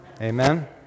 Amen